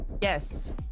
Yes